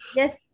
yes